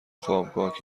خوابگاه